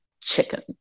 Chicken